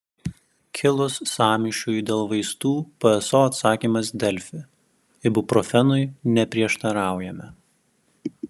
kilus sąmyšiui dėl vaistų pso atsakymas delfi ibuprofenui neprieštaraujame